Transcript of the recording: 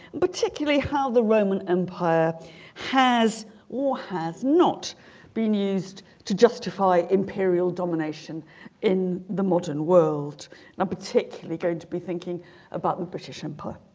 particularly how the roman empire has or has not been used to justify imperial domination in the modern world and i'm particularly going to be thinking about the british empire